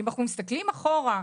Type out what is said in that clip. אם אנחנו מסתכלים אחורה,